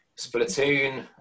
Splatoon